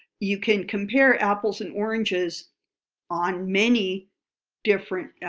you can compare apples and oranges on many different